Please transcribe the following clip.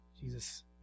Jesus